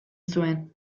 zuen